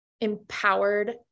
empowered